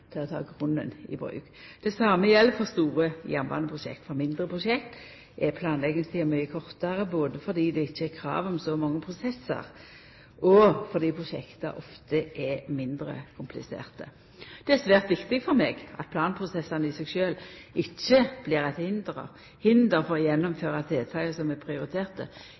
til å ta grunnen i bruk. Det same gjeld for store jernbaneprosjekt. For mindre prosjekt er planleggingstida mykje kortare både fordi det ikkje er krav om så mange prosessar og fordi prosjekta ofte er mindre kompliserte. Det er svært viktig for meg at planprosessane i seg sjølve ikkje blir eit hinder for å gjennomføra tiltak som er prioriterte